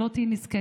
שלא תהיי נזקקת.